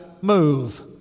move